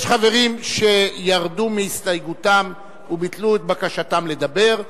יש חברים שירדו מהסתייגותם וביטלו את בקשתם לדבר,